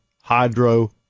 hydro